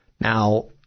now